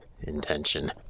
intention